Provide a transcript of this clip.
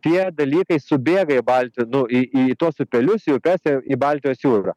tie dalykai subėga į baltiją nu į į tuos upelius į upes ir į baltijos jūrą